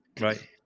right